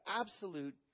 absolute